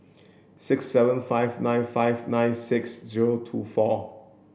six seven five nine five nine six zero two four